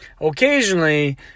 occasionally